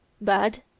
BAD